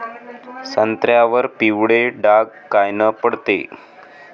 संत्र्यावर पिवळे डाग कायनं पडते?